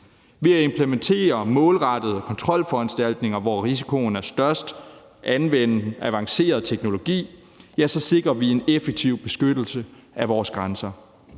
Ved at implementere målrettede kontrolforanstaltninger, hvor risikoen er størst, og anvende avanceret teknologi sikrer vi en effektiv beskyttelse af vores grænser.